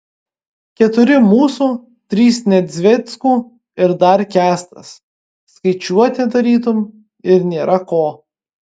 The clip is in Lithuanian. keturi mūsų trys nedzveckų ir dar kęstas skaičiuoti tarytum ir nėra ko